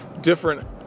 different